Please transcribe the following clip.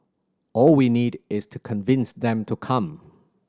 all we need is to convince them to come